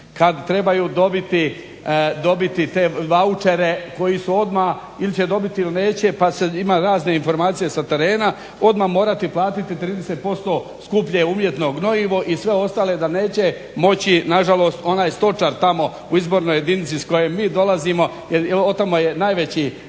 kad trebaju dobiti te vaučere koji su odmah, ili će dobiti ili neće, pa se ima razne informacije sa terena, odmah morati platiti 30% skuplje umjetno gnojivo i sve ostale da neće moći. Nažalost onaj stočar tamo u izbornoj jedinici iz koje mi dolazimo, jer od tamo je najveći